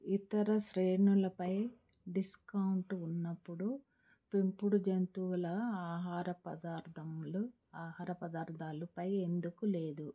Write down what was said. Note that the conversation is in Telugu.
ఇతర శ్రేణులపై డిస్కౌంట్ ఉన్నప్పుడు పెంపుడు జంతువుల ఆహార పదార్థములు ఆహార పదార్థాలుపై ఎందుకు లేదు